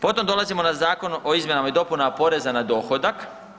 Potom dolazimo na Zakon o izmjenama i dopunama poreza na dohodak.